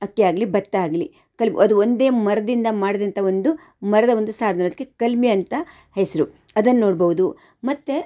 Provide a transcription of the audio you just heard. ಅಕ್ಕಿಯಾಗಲಿ ಭತ್ತ ಆಗಲಿ ಕಲ್ಮಿ ಅದು ಒಂದೇ ಮರದಿಂದ ಮಾಡಿದಂಥ ಒಂದು ಮರದ ಒಂದು ಸಾಧನ ಅದಕ್ಕೆ ಕಲ್ಮಿ ಅಂತ ಹೆಸರು ಅದನ್ನು ನೋಡಬಹ್ದು ಮತ್ತು